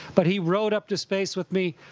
but he rode up to space with me,